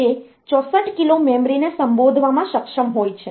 તે 64 કિલો મેમરીને સંબોધવામાં સક્ષમ હોય છે